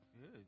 Good